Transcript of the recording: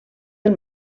del